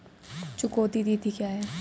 चुकौती तिथि क्या है?